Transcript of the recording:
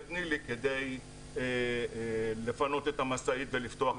נילי כדי לפנות את המשאית ולפתוח את הכביש.